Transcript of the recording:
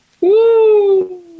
Woo